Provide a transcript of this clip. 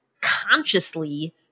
consciously